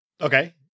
Okay